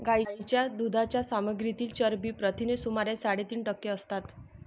गायीच्या दुधाच्या सामग्रीतील चरबी प्रथिने सुमारे साडेतीन टक्के असतात